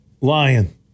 Lion